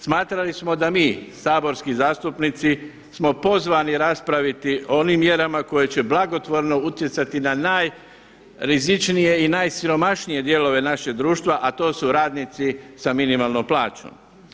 Smatrali smo da mi saborski zastupnici smo pozvani raspraviti o onim mjerama koje će blagotvorno utjecati na najrizičnije i najsiromašnije dijelove našeg društva, a to su radnici sa minimalnom plaćom.